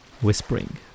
whispering